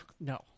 No